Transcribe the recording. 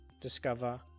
discover